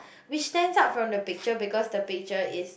we stand out from the picture because the picture is